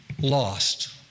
lost